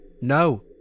No